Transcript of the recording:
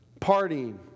Partying